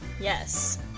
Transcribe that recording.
Yes